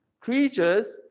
creatures